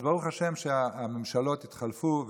אז ברוך השם שהממשלות התחלפו,